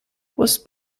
was